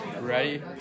Ready